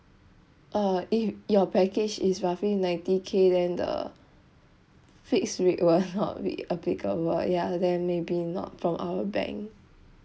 uh if your package is roughly ninety K then the fixed rate will not be applicable ya then maybe not from our bank